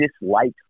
dislike